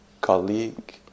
colleague